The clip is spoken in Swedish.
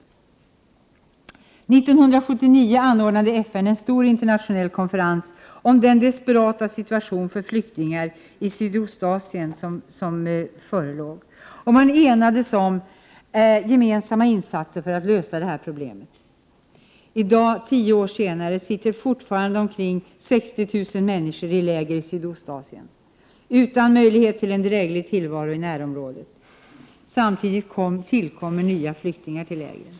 År 1979 anordnade FN en stor internationell konferens om den desperata situationen för flyktingarna i Sydostasien, och man enades om gemensamma insatser för att lösa detta problem. I dag, tio år senare, sitter fortfarande omkring 60 000 människor i läger i Sydostasien utan möjlighet till en dräglig tillvaro i närområdet. Samtidigt tillkommer nya flyktingar.